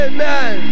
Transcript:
Amen